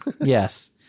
Yes